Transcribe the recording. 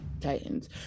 Titans